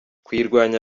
kuyirwanya